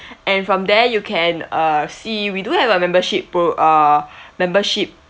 and from there you can err see we do have a membership pro~ ah membership